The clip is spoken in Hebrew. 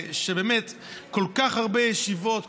באמת כל כך הרבה ישיבות,